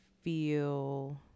feel